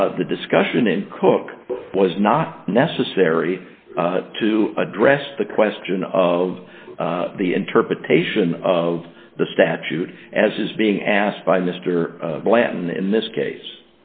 y the discussion in cook was not necessary to address the question of the interpretation of the statute as is being asked by mr blanton in this case